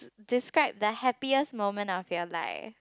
describe the happiest moment of your life